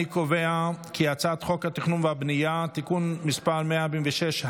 אני קובע כי הצעת חוק התכנון והבנייה (תיקון מס' 146),